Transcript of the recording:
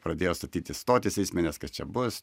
pradėjo statyti stotis seismines kad čia bus